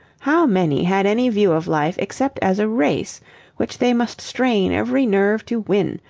how many had any view of life except as a race which they must strain every nerve to win,